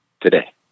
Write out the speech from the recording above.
today